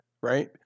right